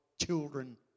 children